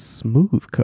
Smooth